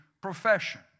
profession